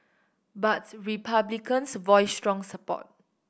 but Republicans voiced strong support